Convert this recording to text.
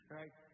right